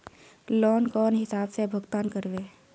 Loan कौन हिसाब से भुगतान करबे?